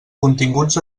continguts